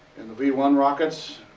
and the v one rockets,